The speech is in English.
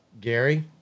Gary